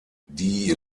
die